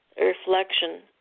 reflection